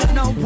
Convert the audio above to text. no